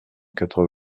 quatre